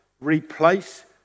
replace